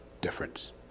difference